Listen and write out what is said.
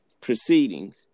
proceedings